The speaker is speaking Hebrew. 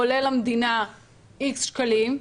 עולה למדינה איקס שקלים,